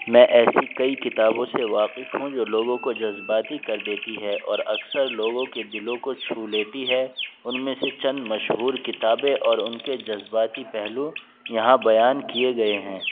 میں ایسی کئی کتابوں سے واقف ہوں جو لوگوں کو جذباتی کر دیتی ہے اور اکثر لوگوں کے دلوں کو چھو لیتی ہے ان میں سے چند مشہور کتابیں اور ان کے جذباتی پہلو یہاں بیان کیے گئے ہیں